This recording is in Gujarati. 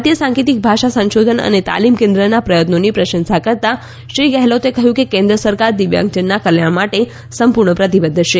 ભારતીય સાંકેતિક ભાષા સંશોધન અને તાલીમ કેન્દ્રના પ્રયત્નોની પ્રશંસા કરતાં શ્રી ગેહલોતે કહ્યું કે કેન્દ્ર સરકાર દિવ્યાંગજનના કલ્યાણ માટે સંપૂર્ણ પ્રતિબદ્ધ છે